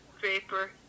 Draper